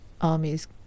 armies